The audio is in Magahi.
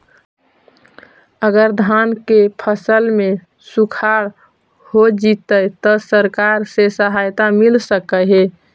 अगर धान के फ़सल में सुखाड़ होजितै त सरकार से सहायता मिल सके हे?